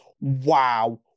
Wow